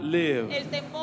live